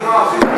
בני-נוער בעיקר.